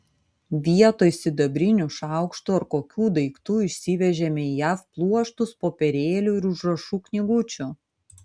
vietoj sidabrinių šaukštų ar kokių daiktų išsivežėme į jav pluoštus popierėlių ir užrašų knygučių